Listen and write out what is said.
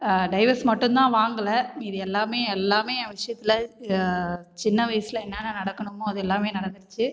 divorce மட்டும் தான் வாங்கலை இது எல்லாமே எல்லாமே என் விஷயத்தில் சின்ன வயதில் என்னென்னா நடக்கணுமோ அது எல்லாமே நடந்துடுச்சு